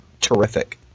terrific